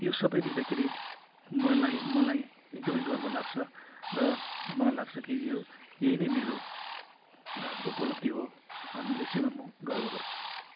यो सबै देख्दाखेरि मलाई मलाई एकदमै गर्व लाग्छ र मलाई लाग्छ कि यो यही नै मेरो उपलब्धि हो अनि यसैमा म गर्व गर्छु